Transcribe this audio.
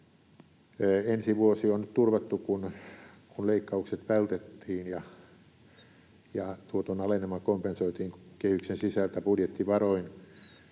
Ensi vuosi on turvattu, kun leikkaukset vältettiin ja tuoton alenema kompensoitiin kehyksen sisältä budjettivaroin,